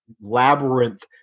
labyrinth